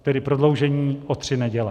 Tedy prodloužení o tři neděle.